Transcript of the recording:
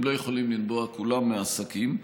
הם לא יכולים לנבוע כולם מעסקים,